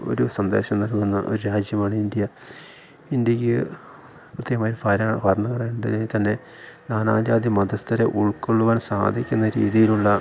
ഒരു സന്ദേശം നൽകുന്ന ഒരു രാജ്യമാണ് ഇന്ത്യ ഇന്ത്യയ്ക്ക് പ്രത്യേകമായി ഭരണ ഭരണഘടനേൻ്റെ രീതിയിൽ തന്നെ നാനാജാതി മതസ്ഥരെ ഉൾക്കൊള്ളുവാൻ സാധിക്കുന്ന രീതിയിലുള്ള